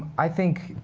i think,